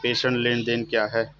प्रेषण लेनदेन क्या है?